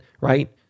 right